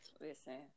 Listen